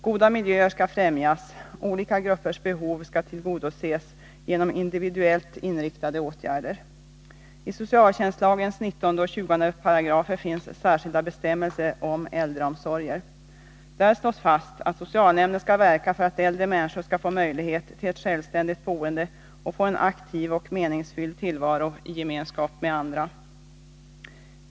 Goda miljöer skall främjas, olika gruppers behov skall tillgodoses genom individuellt inriktade åtgärder. I socialtjänstlagens 19 och 20 §§ finns särskilda bestämmelser om äldreomsorger. Där slås fast att socialnämnden skall verka för att äldre människor skall få möjlighet till ett självständigt boende och få en aktiv och meningsfylld tillvaro i gemenskap med andra.